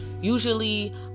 usually